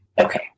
Okay